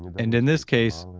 and in this case,